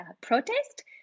protest